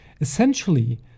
Essentially